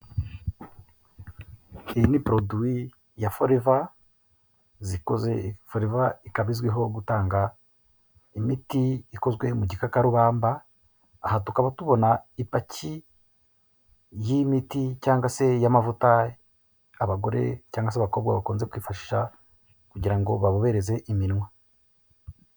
Iyi ni poroduwi ya foreva, zikoze, foreva ikaba izwiho gutanga imiti ikozwe mu gikakarubamba, aha tukaba tubona ipaki y'imiti cyangwa se y'amavuta abagore, cyangwa se abakobwa bakunze kwifashisha, kugira ngo babobereze iminwa.